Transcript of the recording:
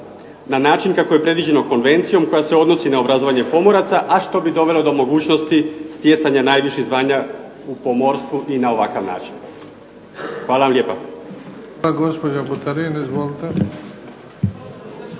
na način kako je predviđeno konvencijom koja se odnosi na obrazovanje pomoraca, a što bi dovelo do mogućnosti stjecanja najviših zvanja u pomorstvu i na ovakav način. Hvala vam lijepa. **Bebić, Luka (HDZ)** Hvala. Gospođa Buterin, izvolite.